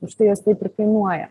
už tai jos taip ir kainuoja